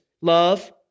love